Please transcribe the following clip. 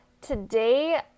today